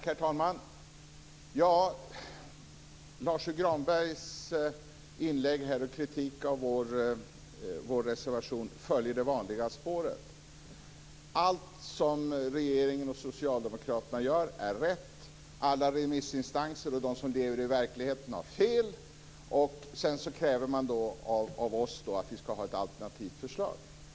Herr talman! Lars U Granbergs inlägg, och hans kritik av vår reservation, följer det vanliga spåret. Allt som regeringen och Socialdemokraterna gör är rätt. Alla remissinstanser och de som lever i verkligheten har fel. Sedan kräver man av oss att vi skall ha ett alternativt förslag.